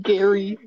Gary